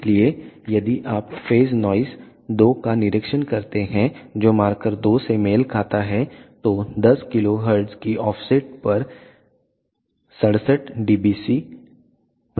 इसलिए यदि आप फेज नॉइस 2 का निरीक्षण करते हैं जो मार्कर 2 से मेल खाता है तो 10 KHz की ऑफसेट पर 67 dBc प्रति हर्ट्ज है